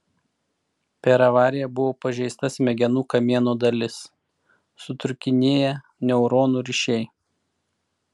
per avariją buvo pažeista smegenų kamieno dalis sutrūkinėję neuronų ryšiai